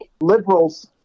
Liberals